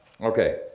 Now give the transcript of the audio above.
Okay